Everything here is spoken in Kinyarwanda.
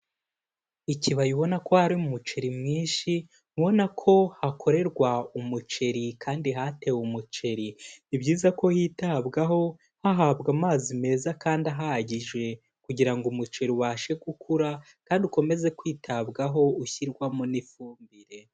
Ikibaya ubona ko harimo umuceri mwinshi, ubona ko hakorerwa umuceri kandi hatewe umuceri, ni byiza ko hitabwaho hahabwa amazi meza kandi ahagije kugira ngo umuceri ubashe gukura kandi ukomeze kwitabwaho ushyirwamo n'ifumbire.